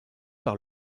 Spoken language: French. par